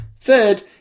Third